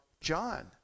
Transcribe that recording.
John